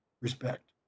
respect